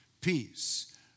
Peace